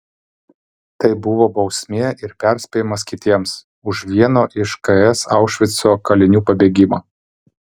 tai buvo bausmė ir perspėjimas kitiems už vieno iš ks aušvico kalinių pabėgimą